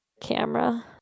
camera